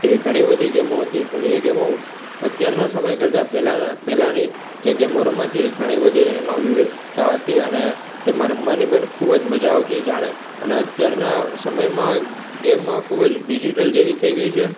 એવી ઘણી બધી ગેમો હતી તો એ ગેમો અત્યારના સમય કરતાં પહેલાંના પહેલાંની જે ગેમું રમાતી એ ઘણી બધી એમાં વિવિધતા હતી અને તેમાં રમવાની પણ ખૂબ જ મજા આવતી જાણે અને અત્યારના સમયમાં ગેમમાં ખૂબ જ ડિજીટલ જેવી થઈ ગઈ છે